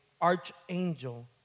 archangel